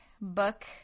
book